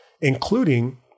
including